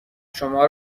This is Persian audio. شما